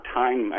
time